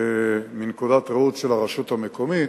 מנקודת ראות הרשות המקומית,